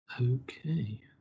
Okay